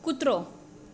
કૂતરો